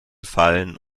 fallen